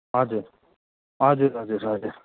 हजुर हजुर हजुर हजुर